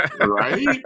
Right